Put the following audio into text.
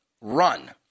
run